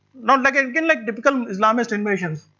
now like ah again like typical islamist invasions.